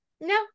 no